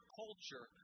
culture